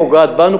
פוגעת בנו,